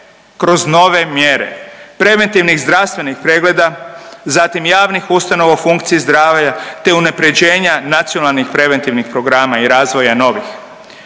Kroz nove mjere preventivnih i zdravstvenih pregleda, zatim javnim ustanova u funkciji zdravlja te unapređenja nacionalnih preventivnih programa i razvoja novih.